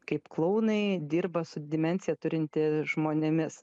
kaip klounai dirba su dimensiją turinti žmonėmis